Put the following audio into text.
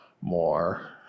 more